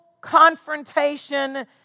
confrontation